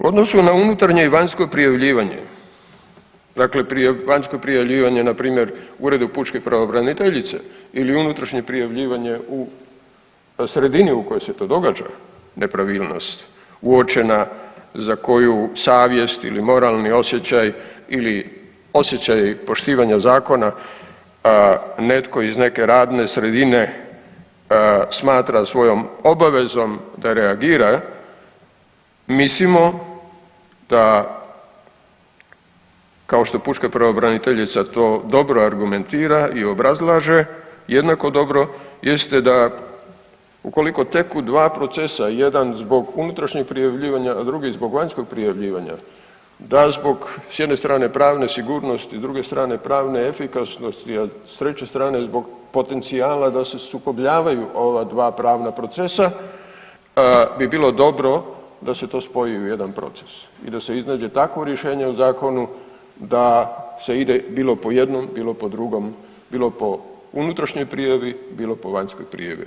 U odnosu na unutarnje i vanjsko prijavljivanje dakle vanjsko prijavljivanje npr. Uredu pučke pravobraniteljice ili unutrašnje prijavljivanje u sredini u kojoj se to događa nepravilnost uočena za koju savjest ili moralni osjećaj ili osjećaj poštivanja zakona netko iz neke radne sredine smatra svojom obavezom da reagira, mislimo da kao što pučka pravobraniteljica to dobro argumentira i obrazlaže jednako dobro jeste da ukoliko teku dva procesa, jedan zbog unutrašnjeg prijavljivanja, a drugi zbog vanjskog prijavljivanja da zbog s jedne strane pravne sigurnosti, s druge strane pravne efikasnosti, a s treće strane zbog potencijala da se sukobljavaju ova dva pravna procesa bi bilo dobro da se to spoji u jedan proces i da se iznađe takvo rješenje u zakonu da se ide bilo po jednom, bilo po drugom, bilo po unutrašnjoj prijavi, bilo po vanjskoj prijavi.